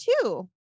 two